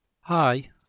Hi